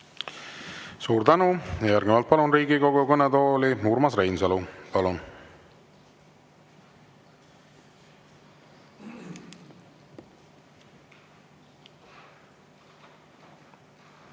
Suur tänu! Järgnevalt palun Riigikogu kõnetooli Urmas Reinsalu.